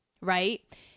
right